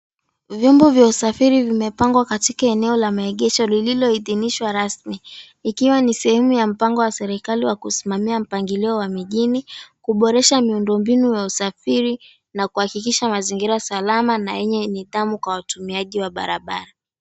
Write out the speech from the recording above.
Vyombo vya usafiri vimepangwa katika eneo la maegesho lililo idhinishwa rasmi. Ikiwa ni sehemu ya mpango wa serikali wa kusimamia mpangilio wa mijini, kuboresha miundombinu ya usafiri, na kuhakikisha mazingira salama na yenye nidhamu kwa watumiaji wa barabara.